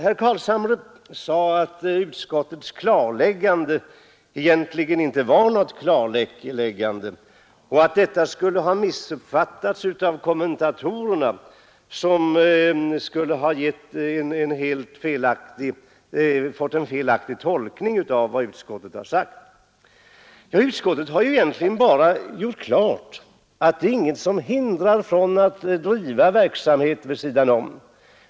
Herr Carlshamre sade att utskottets klarläggande egentligen inte var något klarläggande utan hade missuppfattats av kommentatorerna vilka skulle ha tolkat det på ett felaktigt sätt. Ja, utskottet har egentligen bara klargjort att det inte är någonting som hindrar människor från att driva verksamhet vid sidan om.